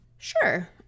sure